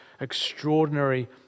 extraordinary